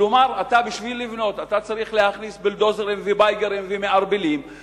כלומר בשביל לבנות אתה צריך להכניס בולדוזרים ובאגרים ומערבלים,